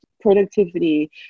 productivity